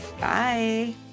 Bye